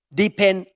depend